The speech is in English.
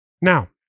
Now